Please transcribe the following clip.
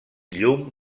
llum